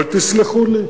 אבל תסלחו לי,